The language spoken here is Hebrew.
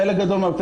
חלק גדול מהם,